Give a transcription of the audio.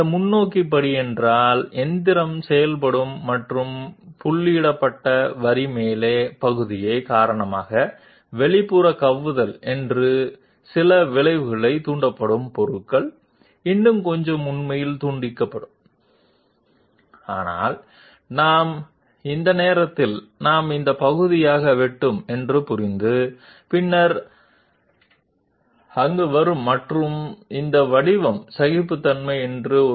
ఇది forward step అయితే machining చేయబడుతుంది మరియు చుక్కల రేఖపై ఉన్న భాగం కత్తిరించబడుతుంది వాస్తవానికి బాహ్య గోగింగ్ అని పిలువబడే కొంత ప్రభావం కారణంగా పదార్థంలో కొంచెం ఎక్కువ భాగం కత్తిరించబడుతుంది అయితే మేము దీనికి తర్వాత వస్తాము ఈ క్షణంలో ఈ భాగం కత్తిరించబడిందని మేము అర్థం చేసుకున్నాము మరియు దీనిని ఇలా పిలుస్తారు మేము ఫామ్ టాలరెన్స్ అనే విలువకు సమానం చేయడానికి ప్రయత్నిస్తాము